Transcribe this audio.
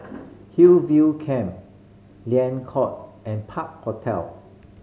Hillview Camp Liang Court and Park Hotel